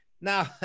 Now